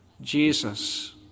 Jesus